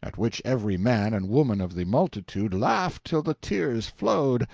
at which every man and woman of the multitude laughed till the tears flowed,